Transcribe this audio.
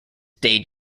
day